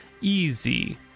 easy